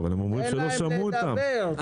אבל הם אומרים שלא שמעו אותם.